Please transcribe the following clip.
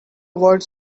avoid